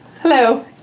hello